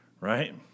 right